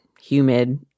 humid